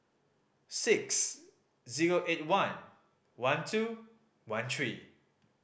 six zero eight one one two one three